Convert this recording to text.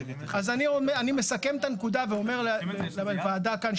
אני מסכם את הנקודה ואומר לוועדה כאן,